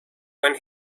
when